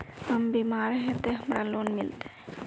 हम बीमार है ते हमरा लोन मिलते?